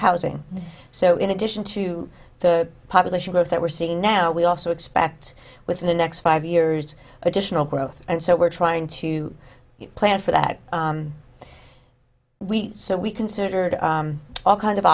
housing so in addition to the population growth that we're seeing now we also expect within the next five years additional growth so we're trying to plan for that we so we considered all kind of